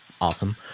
awesome